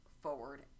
forward